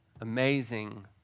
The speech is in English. amazing